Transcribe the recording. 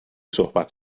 صحبت